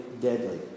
deadly